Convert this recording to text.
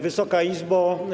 Wysoka Izbo!